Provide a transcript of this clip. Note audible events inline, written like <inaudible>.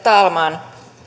<unintelligible> talman